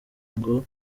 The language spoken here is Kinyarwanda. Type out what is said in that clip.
murongo